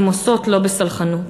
הן עושות לא בסלחנות.